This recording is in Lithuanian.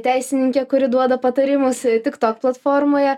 teisininkė kuri duoda patarimus tik tok platformoje